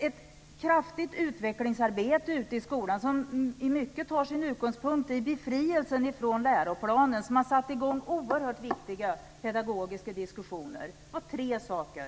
Ett kraftigt utvecklingsarbete ute i skolan, som i mycket tar sin utgångspunkt i befrielsen från läroplanen, har satt i gång oerhört viktiga pedagogiska situationer. Det var tre saker.